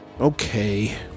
Okay